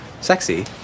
sexy